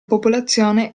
popolazione